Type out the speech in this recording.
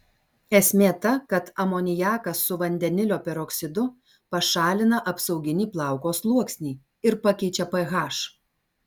esmė ta kad amoniakas su vandenilio peroksidu pašalina apsauginį plauko sluoksnį ir pakeičia ph